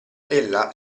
ella